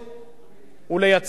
ולייצר אלטרנטיבה.